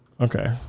Okay